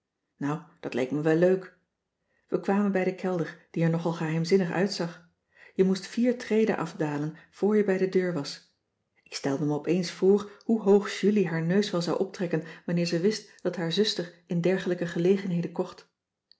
nou dat leek me wel leuk we kwamen bij den kelder die er nogal geheimzinnig uitzag je moest vier treden afdalen voor je bij de deur was ik stelde me opeens voor hoe hoog julie haar neus cissy van marxveldt de h b s tijd van joop ter heul wel zou optrekken wanneer ze wist dat haar zuster in dergelijke gelegenheden kocht